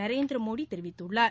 நரேந்திரமோடி தெரிவித்துள்ளார்